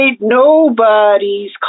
nobody's